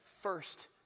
first